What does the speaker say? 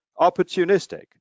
opportunistic